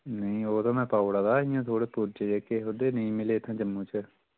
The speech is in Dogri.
नेईं ओह् ते मैं पाउ ओड़े दे इयां थोह्ड़े पुर्जे जेह्के ओह्दे नेईं मिले इ'त्थें जम्मू च